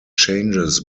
changes